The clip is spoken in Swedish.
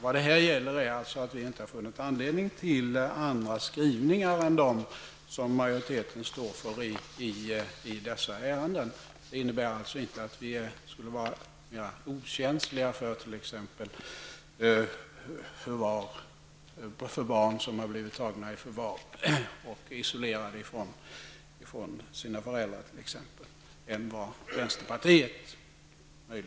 Vi har inte funnit anledning till andra skrivningar i dessa ärenden än dem som majoriteten står för. Det innebär inte att vi skulle vara mera okänsliga än vänsterpartiet möjligen kan vara när det gäller t.ex.